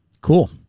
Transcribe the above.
Cool